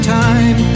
time